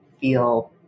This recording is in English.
feel